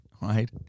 right